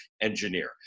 engineer